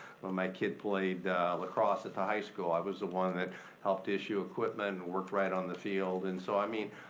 when my kid played lacrosse at the high school i was the one that helped issue equipment, and worked right on the field. and so i mean,